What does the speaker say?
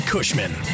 Cushman